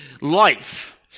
life